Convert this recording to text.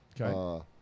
Okay